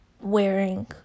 wearing